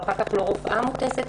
ואחר כך לא רופאה מוטסת,